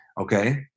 Okay